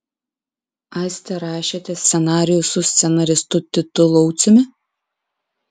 aiste rašėte scenarijų su scenaristu titu lauciumi